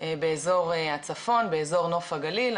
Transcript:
באזור הצפון, באזור נוף הגליל.